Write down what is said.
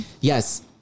Yes